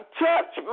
touch